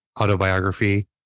autobiography